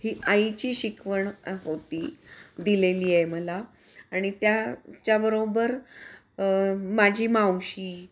ही आईची शिकवण आ होती दिलेली आहे मला आणि त्याच्याबरोबर माझी मावशी